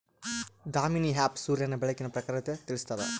Damini app ಸೂರ್ಯನ ಬೆಳಕಿನ ಪ್ರಖರತೆ ತಿಳಿಸ್ತಾದ